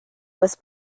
was